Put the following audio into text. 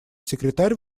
секретарь